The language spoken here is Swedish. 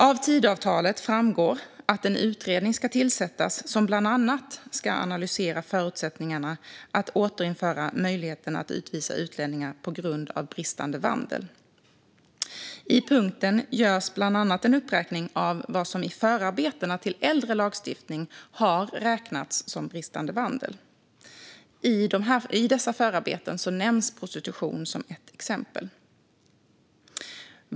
Av Tidöavtalet framgår att en utredning ska tillsättas som bland annat ska analysera förutsättningarna att återinföra möjligheten att utvisa utlänningar på grund av bristande vandel. I punkten görs bland annat en uppräkning av vad som i förarbetena till äldre lagstiftning har räknats som bristande vandel. I dessa förarbeten nämns prostitution som ett exempel.